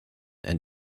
and